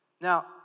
Now